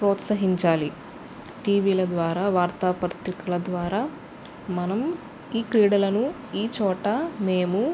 ప్రోత్సహించాలి టీవీల ద్వారా వార్తాపత్రికల ద్వారా మనం ఈ క్రీడలను ఈ చోట మేము